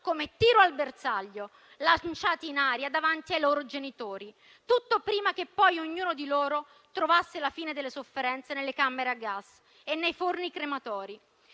come tiro al bersaglio, lanciati in aria davanti ai loro genitori. Tutto prima che, poi, ognuno di loro trovasse la fine delle sofferenze nelle camere a gas e nei forni crematori.